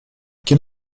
quel